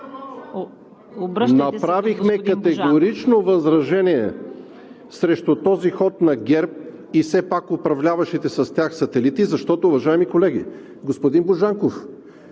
Обръщайте се към господин Божанков.